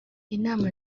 inama